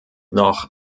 noch